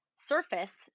surface